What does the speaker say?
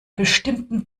bestimmten